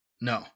No